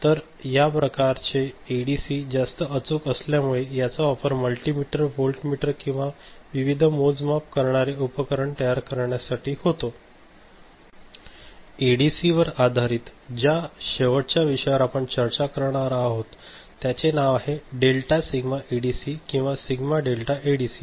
तर या प्रकारचे एडीसी जास्त अचूक असल्यामुळे याचा वापर मल्टिमीटर वोल्टमीटर किंवा विविध मोजमाप करणारे उपकरण तयार करण्यासाठी होतो एडीसी वर आधारित ज्या शेवटच्या विषयावर आपण चर्चा करणार आहो त्याचे नाव आहे डेल्टा सिग्मा एडीसी किंवा सिग्मा डेल्टा एडीसी